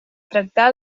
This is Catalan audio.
trencar